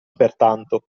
pertanto